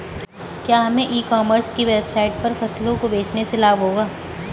क्या हमें e commerce की वेबसाइट पर फसलों को बेचने से लाभ होगा?